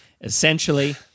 Essentially